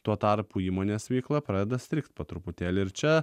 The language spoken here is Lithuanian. tuo tarpu įmonės veikla pradeda strigt po truputėlį ir čia